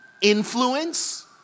influence